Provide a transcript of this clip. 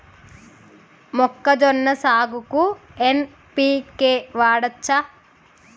మొక్కజొన్న సాగుకు ఎన్.పి.కే వాడచ్చా?